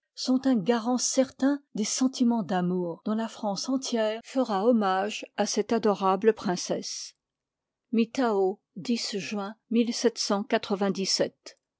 sont un garant lit ii certain des sentimens d'amour dont la france entière fera hommage à cette adorable princesse millau